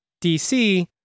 dc